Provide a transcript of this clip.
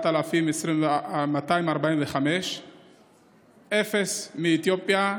4,245. אפס מאתיופיה,